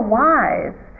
wise